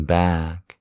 back